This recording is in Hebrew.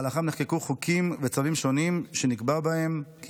שבמהלכם נחקקו חוקים וצווים שונים שנקבע בהם כי